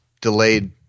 delayed